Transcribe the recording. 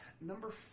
number